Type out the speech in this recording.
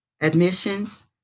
Admissions